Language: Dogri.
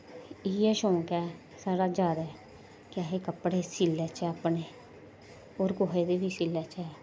इ'यै शौंक ऐ साढ़ा जैदा कि अस कपड़े सीऽ लैचै अपने होर कुसे दे बी सीऽ लैचै